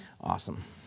Awesome